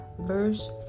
verse